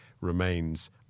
remains